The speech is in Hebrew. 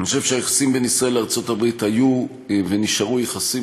אני חושב שהיחסים בין ישראל לארצות-הברית היו ונשארו יחסים